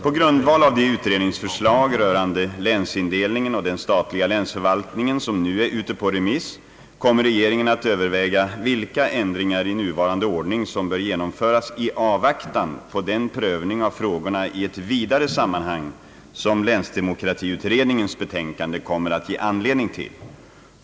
På grundval av de utredningsförslag rörande länsindelningen och den statliga länsförvaltningen som nu är ute på remiss kommer regeringen att överväga vilka ändringar i nuvarande ordning som bör genomföras i avvaktan på den prövning av frågorna i ett vidare sammanhang, som länsdemokratiutredningens betänkande kommer att ge anledning till.